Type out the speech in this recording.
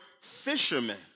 fishermen